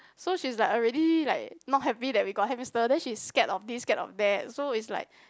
so she's like already like not happy that we got hamster then she's scared of this scared of that so it's like